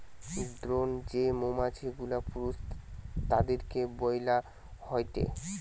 drone যেই মৌমাছি গুলা পুরুষ তাদিরকে বইলা হয়টে